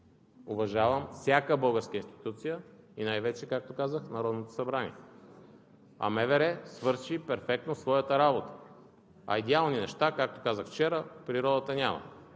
уважавам всяка българска институция и най-вече, както казах, Народното събрание, а МВР свърши перфектно своята работа. Идеални неща, както казах вчера, в природата няма.